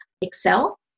Excel